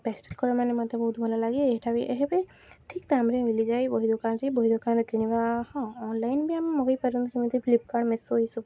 pastel colour ମାନେ ମତେ ବହୁତ ଭଲ ଲାଗେ ଏଇଟା ବି ଏବେବି ଠିକ୍ ଟାଇମ୍ରେ ମିଳିଯାଏ ବହି ଦୋକାନରେ ବହି ଦୋକାନରେ କିଣିବା ହଁ ଅନଲାଇନ୍ବି ଆମେ ମଗେଇ ପାରନ୍ତୁ କେମିତି ଫ୍ଲିପ୍କାର୍ଟ ମେସୋ ଏଇସବୁ